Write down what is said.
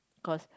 cause